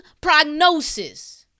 prognosis